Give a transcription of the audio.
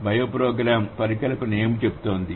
bioprogram పరికల్పన ఏమి చెబుతుంది